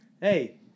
Hey